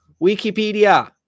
Wikipedia